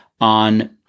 on